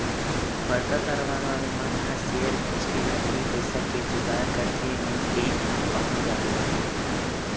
बड़का कारोबार वाले मन ह सेयर बेंचके नगदी पइसा के जुगाड़ करथे नइते बांड जारी करके